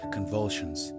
convulsions